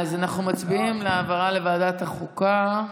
ההצעה להעביר את הנושא לוועדת החוקה,